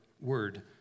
Word